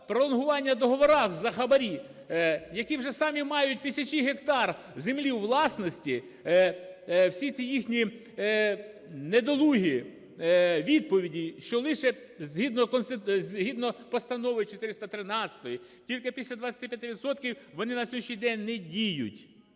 пролонгуванні договорів за хабарі, які вже самі мають тисячі гектарів землі у власності, всі ці їхні недолугі відповіді, що лише згідно Постанови 413, тільки після 25 відсотків, вони на слідуючий день не діють.